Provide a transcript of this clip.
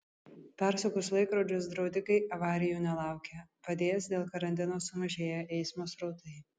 persukus laikrodžius draudikai avarijų nelaukia padės dėl karantino sumažėję eismo srautai